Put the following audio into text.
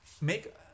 make